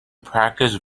practice